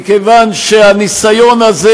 מכיוון שהניסיון הזה,